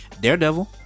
Daredevil